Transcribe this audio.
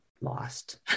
lost